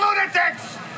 lunatics